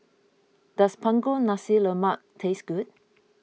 does Punggol Nasi Lemak taste good